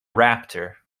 raptor